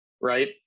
right